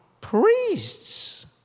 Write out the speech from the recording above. priests